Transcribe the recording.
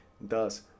thus